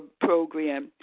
program